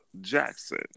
Jackson